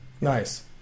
Nice